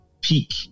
peak